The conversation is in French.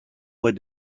mois